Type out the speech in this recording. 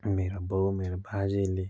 मेरो बाउ मेरो बाजेले